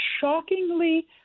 shockingly